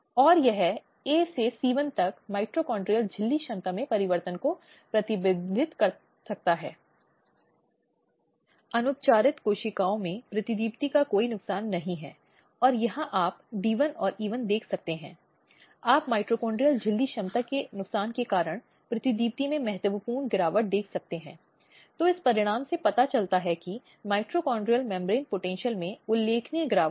दूसरी ओर विभिन्न एजेंसियाँ हैं जो समाज में स्थापित की गई हैं और इन एजेंसियों ने विभिन्न पहल और विभिन्न महत्वपूर्ण कदम उठाए हैं